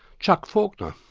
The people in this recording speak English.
chuck faulkner.